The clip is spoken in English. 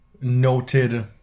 noted